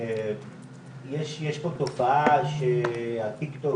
יש פה תופעה שהטיקטוק